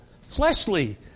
fleshly